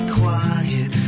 quiet